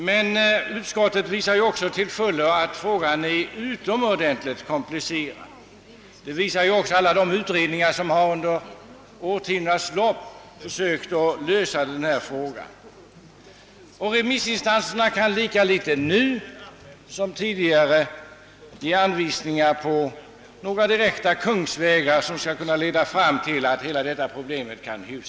Utskottets utlåtande visar också — liksom en mångfald utredningar som under årens lopp har försökt lösa dessa problem — att frågorna är utomordentligt komplicerade, och remissinstanserna har lika litet nu som tidigare kunnat anvisa några kungsvägar som kan leda till att problemen hyfsas till.